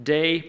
day